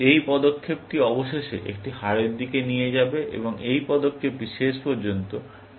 এই পদক্ষেপটি অবশেষে একটি হারের দিকে নিয়ে যাবে এবং এই পদক্ষেপটি শেষ পর্যন্ত ড্রয়ের দিকে নিয়ে যাবে